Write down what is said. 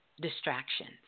distractions